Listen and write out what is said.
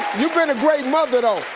you been a great mother though!